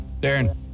Darren